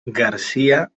garcia